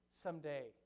someday